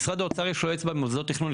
משרד האוצר יש לו אצבע במוסדות תכנון.